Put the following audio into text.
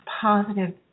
positive